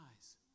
eyes